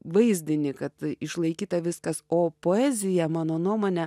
vaizdinį kad išlaikyta viskas o poezija mano nuomone